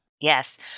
Yes